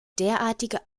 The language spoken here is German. derartige